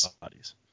bodies